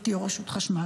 הייתי יו"ר רשות החשמל.